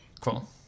Cool